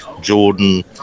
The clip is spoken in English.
Jordan